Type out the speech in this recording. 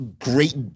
great